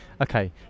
Okay